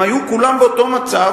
הם היו כולם באותו מצב,